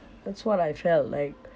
that's what I felt like